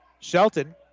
Shelton